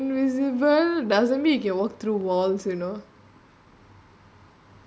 no as in you are invisible doesn't mean you can walk through walls you know